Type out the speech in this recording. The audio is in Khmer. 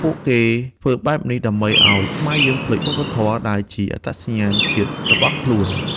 ពួកគេធ្វើបែបនេះដើម្បីឱ្យខ្មែរយើងភ្លេចវប្បធម៌ដែលជាអត្តសញ្ញាណជាតិរបស់ខ្លួន។